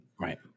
Right